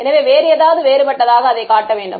எனவே வேறு ஏதாவது வேறுபட்டதாக அதை காட்ட வேண்டும்